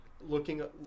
looking